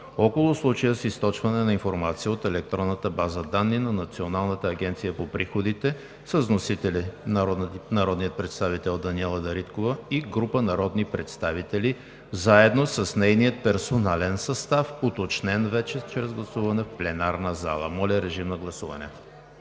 около случая с източване на информация от електронната база данни на Националната агенция по приходите.“ Вносители са народният представител Даниела Дариткова и група народни представители заедно с нейния персонален състав, уточнен чрез гласуване в пленарната зала. Гласували